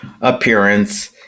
appearance